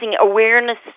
awareness